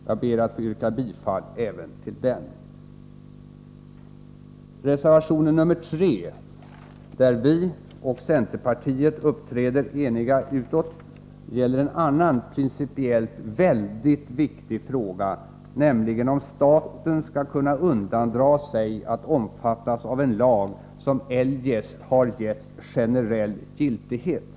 Jag ber att få yrka bifall även till den. Reservation 3, där vi och centerpartiet uppträder eniga utåt, gäller en annan principiellt mycket viktig fråga, nämligen om staten skall kunna undandra sig att omfattas av en lag som eljest har getts generell giltighet.